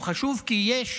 הוא חשוב, כי יש